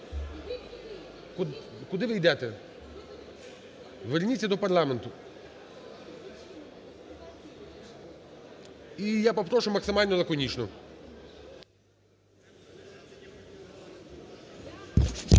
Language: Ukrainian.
Куди ви йдете? Верніться до парламенту. І я попрошу, максимально лаконічно.